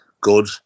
good